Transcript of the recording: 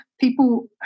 People